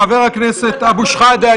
חבר הכנסת אבו שחאדה,